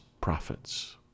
prophets